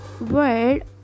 word